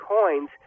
coins